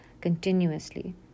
continuously